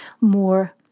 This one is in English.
more